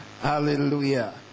Hallelujah